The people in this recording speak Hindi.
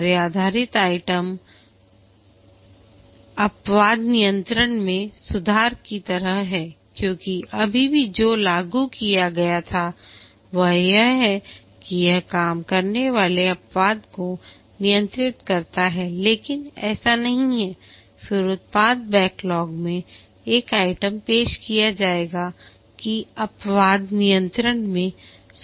कार्य आधारित आइटम अपवाद नियंत्रण में सुधार की तरह हैं क्योंकि अभी भी जो लागू किया गया था वह यह है कि यह काम करने वाले अपवाद को नियंत्रित करता है लेकिन ऐसा नहीं है फिर उत्पाद बैकलॉग में एक आइटम पेश किया जाएगा कि अपवाद नियंत्रण में सुधार करें